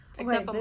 okay